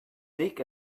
dig